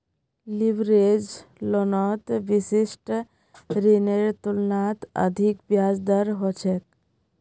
leverage लोनत विशिष्ट ऋनेर तुलनात अधिक ब्याज दर ह छेक